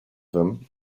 them